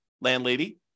landlady